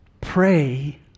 Pray